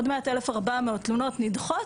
עוד מעט 1,400 תלונות נדחות,